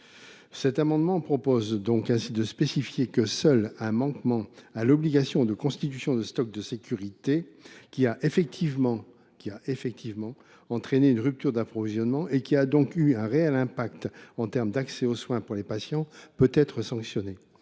Cet amendement tend donc à spécifier que seul un manquement à l’obligation de constitution de stock de sécurité qui a effectivement entraîné une rupture d’approvisionnement, et qui a donc emporté de réelles conséquences en termes d’accès aux soins pour les patients, peut être sanctionné.